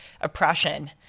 oppression